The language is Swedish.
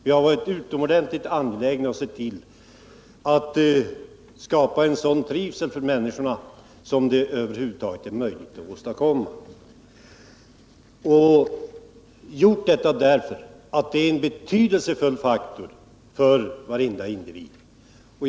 Vi har varit utomordentligt angelägna om att se till att skapa en sådan trivsel för människorna som det över huvud taget är möjligt att åstadkomma, därför att det är en betydelsefull faktor för varenda individ.